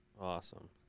Awesome